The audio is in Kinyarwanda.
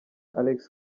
alex